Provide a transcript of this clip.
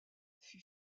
fut